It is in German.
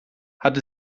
hat